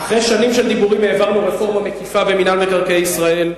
אחרי שנים של דיבורים העברנו רפורמה מקיפה במינהל מקרקעי ישראל,